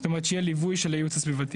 זאת אומרת, שיהיה ליווי של הייעוץ הסביבתי.